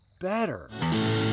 better